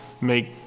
make